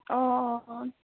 অঁ অঁ অঁ